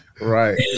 Right